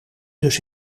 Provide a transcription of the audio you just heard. dus